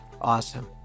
Awesome